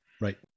Right